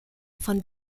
von